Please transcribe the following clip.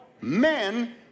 men